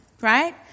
right